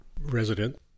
resident